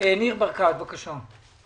ניר ברקת, בבקשה.